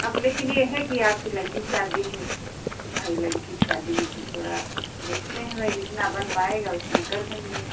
अब लेकिन ये है कि आपकी लड़की की शादी है तो भाई लड़की की शादी में तो थोड़ा देखते हैं भाई जितना बन पाएगा उतना कर देंगे